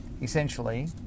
Essentially